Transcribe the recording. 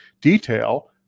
detail